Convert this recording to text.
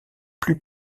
plus